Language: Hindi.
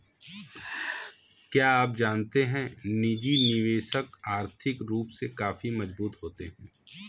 क्या आप जानते है निजी निवेशक आर्थिक रूप से काफी मजबूत होते है?